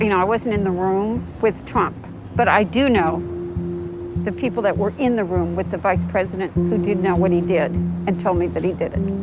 you know i wasn't in the room with trump but i do know that the people that were in the room with the vice president who did know what he did and told me but he did it.